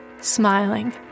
smiling